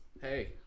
Hey